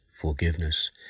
forgiveness